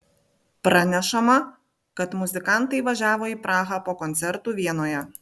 pranešama kad muzikantai važiavo į prahą po koncertų vienoje